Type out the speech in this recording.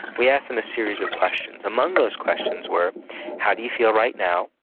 we asked them a series of questions. among those questions were how do you feel right now,